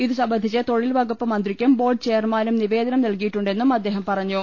ഇതുസംബന്ധിച്ച് തൊഴിൽവകുപ്പ് മന്ത്രിയ്ക്കും ബോർഡ് ചെയർമാനും നിവേദനം നൽകിയിട്ടുണ്ടെന്നും അദ്ദേഹം പറഞ്ഞു